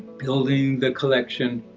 building the collection,